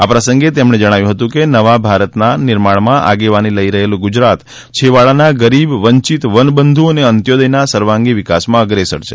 આ પ્રસંગે તેમણે જણાવ્યુ હતું કે નવાભારતના નિર્માણમાં આગેવાની લઇ રહેલું ગુજરાત છેવાડાના ગરીબ વંચિત વનબંધુ અને અંત્યોદયના સર્વાંગી વિકાસમાં અગ્રેસર છે